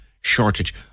shortage